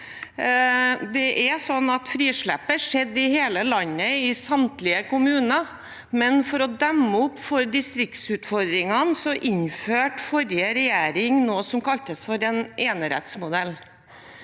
Det er sånn at frisleppet skjedde i hele landet, i samtlige kommuner, men for å demme opp for distriktsutfordringene innførte forrige regjering noe som kaltes for en enerettsmodell.